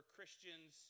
Christians